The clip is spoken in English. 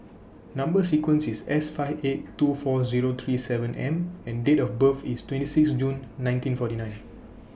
Number sequence IS S five eight two four Zero three seven M and Date of birth IS twenty six June nineteen forty nine